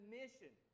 mission